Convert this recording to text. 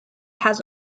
has